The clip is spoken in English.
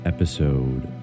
Episode